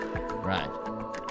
Right